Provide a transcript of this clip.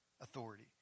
authority